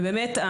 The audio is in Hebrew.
ובאמת,